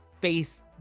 face